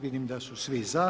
Vidim da su svi za.